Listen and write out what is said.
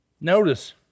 Notice